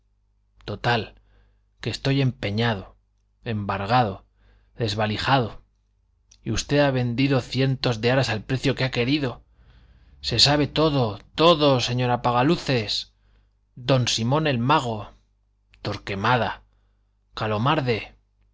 total que estoy empeñado embargado desvalijado y usted ha vendido cientos de aras al precio que ha querido se sabe todo todo señor apaga luces don simón el mago torquemada calomarde